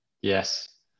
yes